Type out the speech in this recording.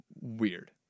Weird